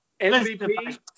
MVP